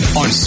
on